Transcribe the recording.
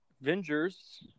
Avengers